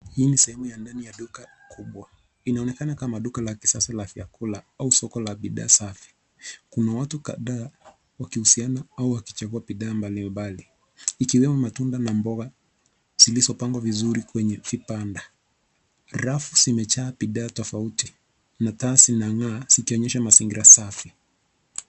Hii ni sehemu ya ndani ya duka kubwa. Inaonekana kama duka la kisasa la vyakula au soko la bidhaa safi. Kuna watu kadhaa wakihusiana au wakichagua bidhaa mbalimbali ikiwemo matunda na mboga zilizopangwa vizuri kwenye vibanda. Rafu zimejaa bidhaa tofauti na taa zinang'aa zikionyesha mazingira safi.